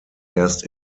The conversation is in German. erst